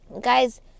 guys